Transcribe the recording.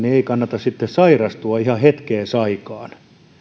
ei kannata sitten sairastua ihan vähään aikaan